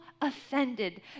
offended